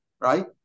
right